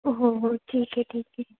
हो हो ठीके ठीके